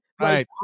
Right